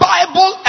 Bible